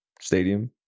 stadium